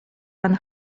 pan